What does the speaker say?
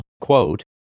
quote